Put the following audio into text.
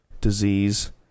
disease